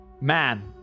man